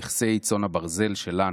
נכסי צאן הברזל שלנו.